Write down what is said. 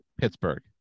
Pittsburgh